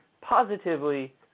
positively